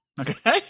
Okay